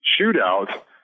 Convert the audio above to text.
shootout